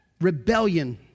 rebellion